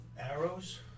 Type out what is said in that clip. Arrows